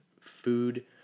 food